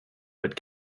but